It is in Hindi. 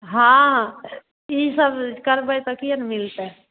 हाँ यह सब करते तो किया ना मिलते